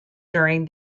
during